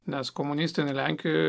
nes komunistinėje lenkijoje